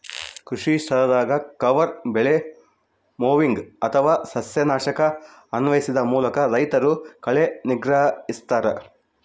ಕೃಷಿಸ್ಥಳದಾಗ ಕವರ್ ಬೆಳೆ ಮೊವಿಂಗ್ ಅಥವಾ ಸಸ್ಯನಾಶಕನ ಅನ್ವಯಿಸುವ ಮೂಲಕ ರೈತರು ಕಳೆ ನಿಗ್ರಹಿಸ್ತರ